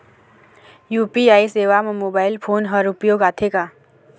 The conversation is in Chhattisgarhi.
यू.पी.आई सेवा म मोबाइल फोन हर उपयोग आथे का?